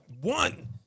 one